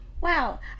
wow